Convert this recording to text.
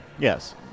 Yes